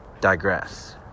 digress